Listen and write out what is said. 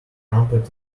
trumpet